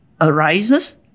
arises